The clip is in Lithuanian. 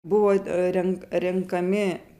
buvo renk renkami